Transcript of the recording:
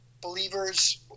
Believers